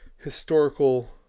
historical